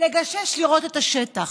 לגשש לראות את השטח.